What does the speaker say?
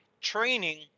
training